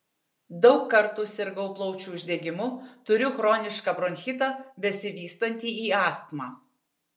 daug kartų sirgau plaučių uždegimu turiu chronišką bronchitą besivystantį į astmą